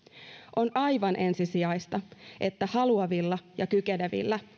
on aivan ensisijaista että haluavilla ja kykenevillä